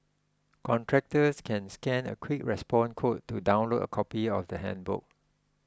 contractors can scan a quick response code to download a copy of the handbook